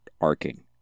arcing